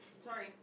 Sorry